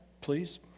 please